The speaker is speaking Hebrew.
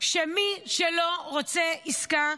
שמי שלא רוצה עסקה,